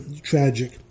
tragic